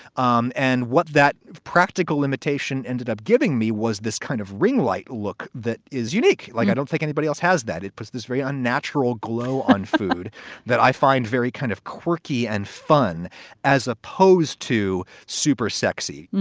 um and what that practical limitation ended up giving me was this kind of ring light look, that is unique. like, i don't think anybody else has that it puts this very unnatural glow on food that i find very kind of quirky and fun as opposed to super sexy.